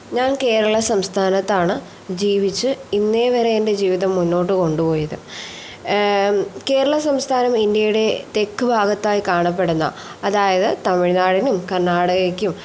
ഞാൻ കേരള സംസ്ഥാനത്താണ് ജീവിച്ച് ഇന്നേവരെ എൻ്റെ ജീവിതം മുന്നോട്ടു കൊണ്ടുപോയത് കേരള സംസ്ഥാനം ഇന്ത്യയുടെ തെക്ക് ഭാഗത്തായി കാണപ്പെടുന്ന അതായത് തമിഴ്നാടിനും കർണാടകയ്ക്കും